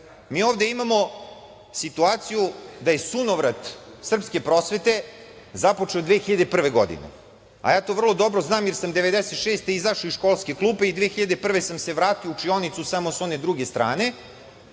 ovde imamo situaciju da je sunovrat srpske prosvete započeo 2001. godine. Ja to vrlo dobro znam jer sam 1996. godine izašao iz školske klupe i 2001. godine sam se vratio u učionicu samo sa one druge strane